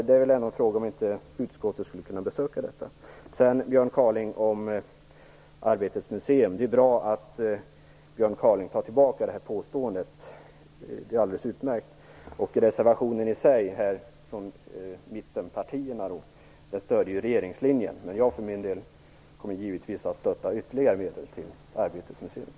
Det är bra att Björn Kaaling tar tillbaka sitt påstående om Arbetets museum - det är alldeles utmärkt. Reservationen från mittenpartierna stöder ju regeringslinjen, men jag för min del kommer givetvis att stödja förslag om ytterligare medel till Arbetets museum.